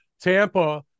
Tampa